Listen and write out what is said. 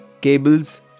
cables